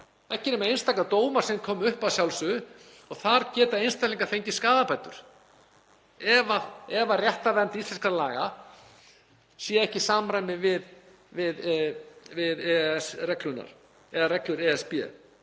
ekki nema einstaka dómar sem koma upp að sjálfsögðu. Þar geta einstaklingar fengið skaðabætur ef réttarvernd íslenskra laga er ekki í samræmi við EES-reglurnar eða reglur ESB.